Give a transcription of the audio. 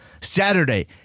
Saturday